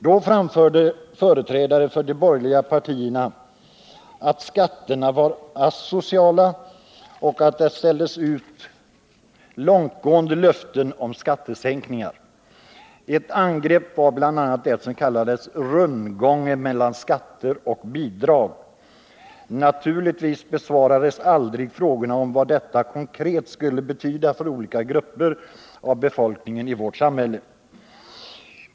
Då framhöll företrädare för de borgerliga partierna att skatterna var asociala, och det ställdes ut långtgående löften om skattesänkningar. Man angrep bl.a. det som kallades rundgången mellan skatter och bidrag. Naturligtvis besvarades aldrig frågorna om vad detta konkret skulle betyda för olika grupper av befolkningen i vårt samhälle.